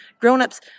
Grown-ups